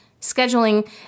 Scheduling